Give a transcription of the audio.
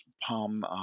Palm